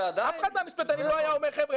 אף אחד מהמשפטנים לא היה אומר 'חבר'ה,